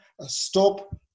stop